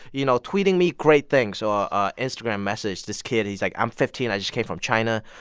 you know, tweeting me great things or instagram message. this kid he's like, i'm fifteen. i just came from china.